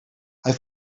hij